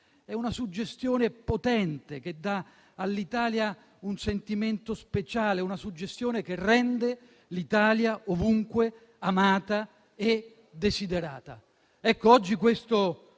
È una suggestione potente che dà all'Italia un sentimento speciale, una suggestione che la rende ovunque amata e desiderata. Oggi questo